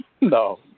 no